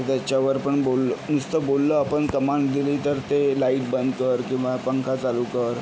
त्याच्यावर पण बोल नुसतं बोललं आपण कमांड दिली तर ते लाइट बंद कर किंवा पंखा चालू कर